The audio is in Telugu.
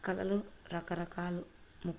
కళలు రకరకాలు ము